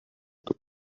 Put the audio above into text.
about